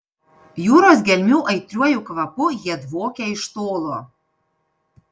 jūros gelmių aitriuoju kvapu jie dvokia iš tolo